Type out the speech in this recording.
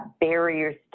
barriers